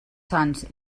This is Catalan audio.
sants